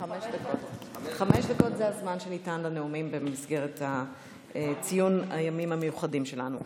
דקות זה הזמן שניתן לנאומים במסגרת ציון הימים המיוחדים שלנו.